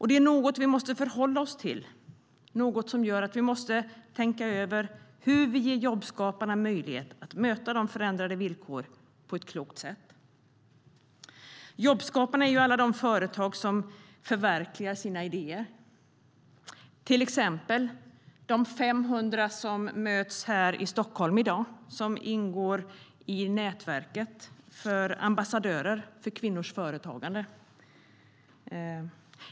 Det är något vi måste förhålla oss till. Vi måste tänka över hur vi ska ge jobbskaparna möjlighet att möta de förändrade villkoren på ett klokt sätt. Jobbskaparna är alla företag som förverkligar sina idéer, till exempel de 500 jobbskaparna som möts i Stockholm i dag som ingår i nätverket Ambassadörer för kvinnors företagande.